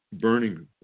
burning